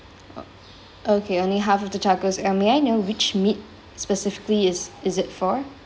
okay only half of the tacos um may I know which meat specifically is is it for